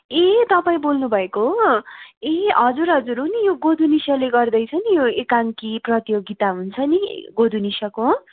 ए तपाईँ बोल्नु भएको हो ए हजुर हजुर हो नि यो गोदुनिसले गर्दैछ नि यो एकाङ्की प्रतियोगिता हुन्छ नि ए यो गोदुनिसको